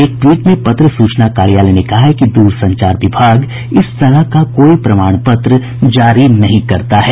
एक ट्वीट में पत्र सूचना कार्यालय ने कहा है कि द्रसंचार विभाग इस तरह का कोई प्रमाण पत्र जारी नहीं करता है